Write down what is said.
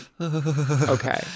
Okay